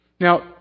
Now